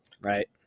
right